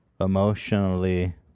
emotionally